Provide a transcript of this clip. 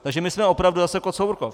Takže my jsme opravdu zase Kocourkov.